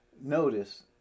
notice